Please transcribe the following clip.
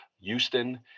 Houston